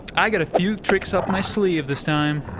i've got a few tricks up my sleeve this time!